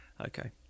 Okay